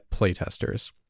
playtesters